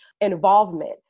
involvement